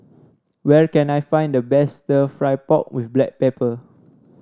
where can I find the best stir fry pork with Black Pepper